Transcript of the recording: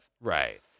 Right